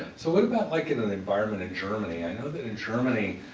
so what about like an an environment in germany? i know that in germany,